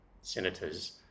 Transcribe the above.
senators